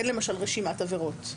אין למשל רשימת עבירות.